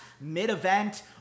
mid-event